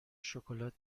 شکلات